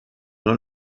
nur